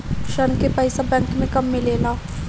ऋण के पइसा बैंक मे कब मिले ला?